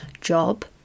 job